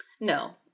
no